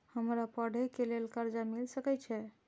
हमरा पढ़े के लेल कर्जा मिल सके छे?